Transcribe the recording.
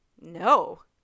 no